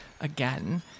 again